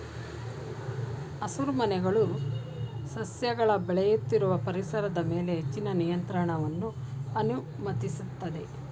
ಹಸಿರುಮನೆಗಳು ಸಸ್ಯಗಳ ಬೆಳೆಯುತ್ತಿರುವ ಪರಿಸರದ ಮೇಲೆ ಹೆಚ್ಚಿನ ನಿಯಂತ್ರಣವನ್ನು ಅನುಮತಿಸ್ತದೆ